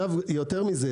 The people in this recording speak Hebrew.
יותר מזה,